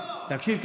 תקשיב,